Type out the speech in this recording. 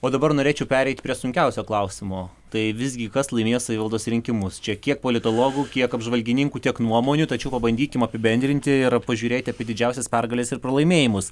o dabar norėčiau pereit prie sunkiausio klausimo tai visgi kas laimėjo savivaldos rinkimus čia kiek politologų kiek apžvalgininkų tiek nuomonių tačiau pabandykim apibendrinti ir pažiūrėti didžiausias pergales ir pralaimėjimus